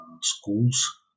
schools